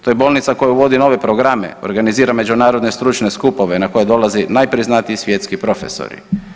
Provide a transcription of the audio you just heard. To je bolnica koja vodi nove programe, organizira međunarodne stručne skupove na koje dolaze najpriznatiji svjetski profesori.